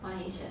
Y_H_F